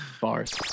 Bars